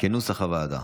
כנוסח הוועדה.